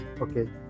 Okay